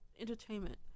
entertainment